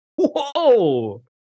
whoa